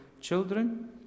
children